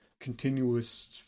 continuous